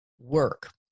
work